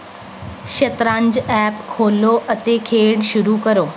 ਸ਼ਤਰੰਜ ਐਪ ਖੋਲ੍ਹੋ ਅਤੇ ਖੇਡ ਸ਼ੁਰੂ ਕਰੋ